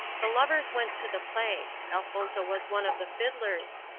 the lovers went to the play. elfonzo was one of the fiddlers.